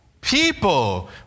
people